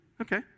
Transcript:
okay